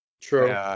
True